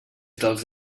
dels